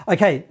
Okay